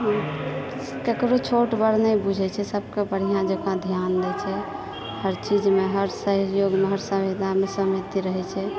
ककरो छोट बड़ नहि बुझैत छै सभकेँ बढ़िआंँ जकाँ ध्यान दए छै हर चीजमे हर सहयोगमे हर सविदामे संवृति रहै छै